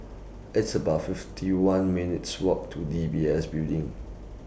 It's about fifty one minutes' Walk to D B S Building